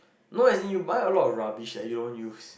no as in you buy a lot of rubbish that you don't use